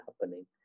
happening